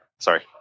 Sorry